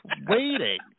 waiting